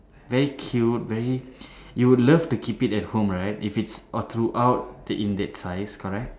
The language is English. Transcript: very cute very you would love to keep it at home right if it's or throughout in that size correct